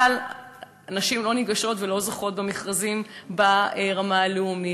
אבל נשים לא ניגשות ולא זוכות במכרזים ברמה הלאומית,